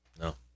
No